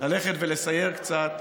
ללכת ולסייר קצת